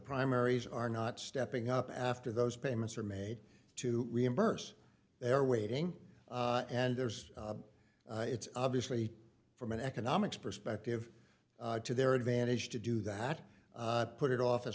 primaries are not stepping up after those payments are made to reimburse they're waiting and there's it's obviously from an economics perspective to their advantage to do that put it off as